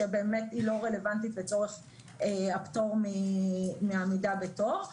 שבאמת היא לא רלבנטית לצורך הפטור מעמידה בתור.